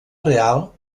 real